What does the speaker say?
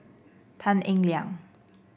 Tan Eng Liang